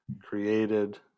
created